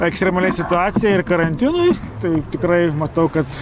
ekstremaliai situacijai ir karantinui tai jau tikrai matau kad